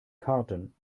karten